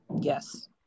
Yes